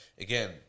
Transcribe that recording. again